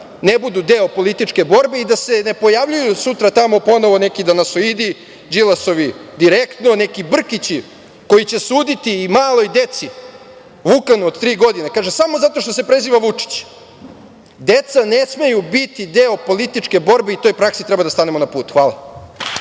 ne budu deo političke borbe i da se ne pojavljuju sutra tamo ponovo neki „Danasoidi“ Đilasovi „Direktno“, neki Brkići koji će suditi i maloj deci, Vukanu od tri godine, kaže samo zato što se preziva Vučić. Deca ne smeju biti deo političke borbe i toj praksi treba da stanemo na put. Hvala.